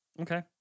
Okay